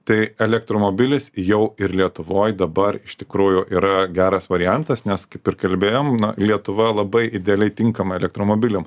tai elektromobilis jau ir lietuvoj dabar iš tikrųjų yra geras variantas nes kaip ir kalbėjom na lietuva labai idealiai tinkama elektromobiliam